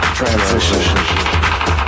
Transition